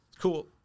cool